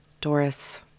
Doris